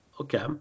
okay